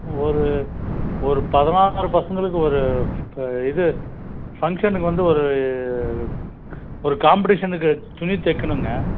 ஒரு ஒரு பதினாறு பசங்களுக்கு ஒரு இப்போ இது ஃபங்க்ஷனுக்கு வந்து ஒரு ஒரு காம்படிஷனுக்கு துணி தைக்கணும்ங்க